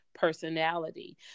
personality